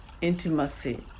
intimacy